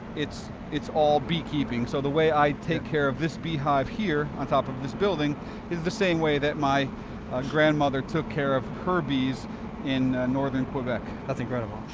it's it's all beekeeping. so the way i take care of this beehive here on top of this building is the same way that my grandmother took care of her bees in northern quebec that's incredible.